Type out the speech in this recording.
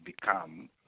become